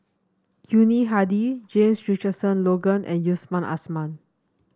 Yuni Hadi James Richardson Logan and Yusman Aman